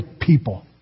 people